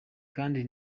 kandi